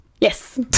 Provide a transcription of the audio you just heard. Yes